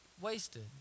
wasted